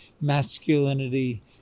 masculinity